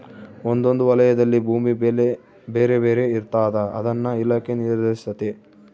ಒಂದೊಂದು ವಲಯದಲ್ಲಿ ಭೂಮಿ ಬೆಲೆ ಬೇರೆ ಬೇರೆ ಇರ್ತಾದ ಅದನ್ನ ಇಲಾಖೆ ನಿರ್ಧರಿಸ್ತತೆ